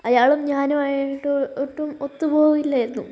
അയാളും ഞാനുമായിട്ട് ഒട്ടും ഒത്തുപോവില്ലായിരുന്നു